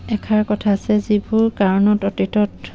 এষাৰ কথা আছে যিবোৰ কাৰণত অতীতত